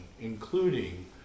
including